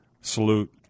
salute